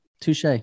touche